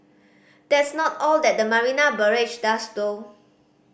that's not all that the Marina Barrage does though